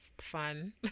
fun